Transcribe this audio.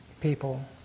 people